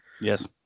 Yes